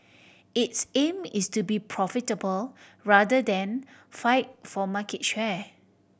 its aim is to be profitable rather than fight for market share